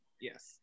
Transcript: Yes